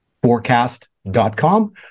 Forecast.com